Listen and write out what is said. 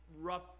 rough